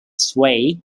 sway